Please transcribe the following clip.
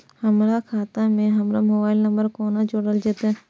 हमर खाता मे हमर मोबाइल नम्बर कोना जोरल जेतै?